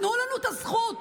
תנו לנו את הזכות,